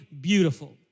beautiful